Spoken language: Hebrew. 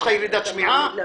אל